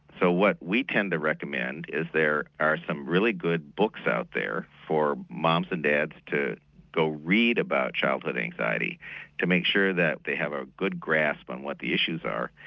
so what we tend to recommend is there are some really good books out there for mums and dads to go read about childhood anxiety to make sure that they have a good grasp on what the issues are.